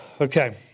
Okay